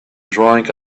drink